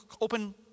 open